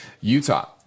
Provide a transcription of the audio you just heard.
Utah